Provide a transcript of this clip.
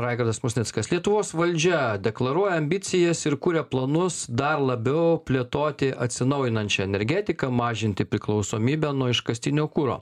raigardas musnickas lietuvos valdžia deklaruoja ambicijas ir kuria planus dar labiau plėtoti atsinaujinančią energetiką mažinti priklausomybę nuo iškastinio kuro